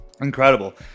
incredible